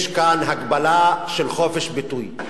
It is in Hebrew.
יש כאן הגבלה של חופש הביטוי.